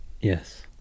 Yes